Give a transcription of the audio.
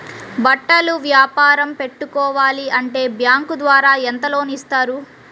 బట్టలు వ్యాపారం పెట్టుకోవాలి అంటే బ్యాంకు ద్వారా ఎంత లోన్ ఇస్తారు?